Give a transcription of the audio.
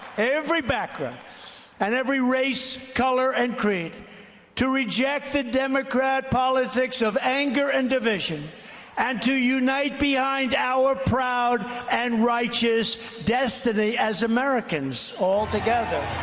every background and every race, color and creed to reject the democrat politics of anger and division and to unite behind our proud and righteous destiny as americans altogether.